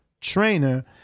trainer